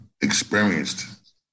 experienced